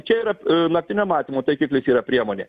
čia yra naktinio matymo taikiklis yra priemonė